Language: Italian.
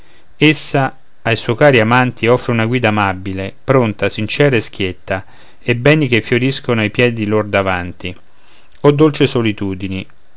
essa a suoi cari amanti offre una guida amabile pronta sincera e schietta e beni che fioriscono a piedi lor davanti o dolce solitudine